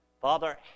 Father